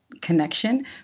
connection